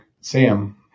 Sam